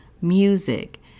music